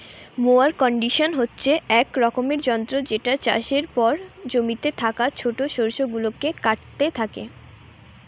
mower condition হচ্ছে এক রকমের যন্ত্র যেটা চাষের পর জমিতে থাকা ছোট শস্য গুলাকে কাটতে থাকে